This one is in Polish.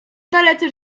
dalece